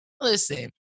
Listen